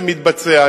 זה מתבצע.